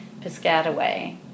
Piscataway